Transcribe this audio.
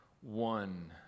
one